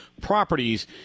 Properties